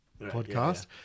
podcast